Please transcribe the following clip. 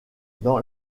dans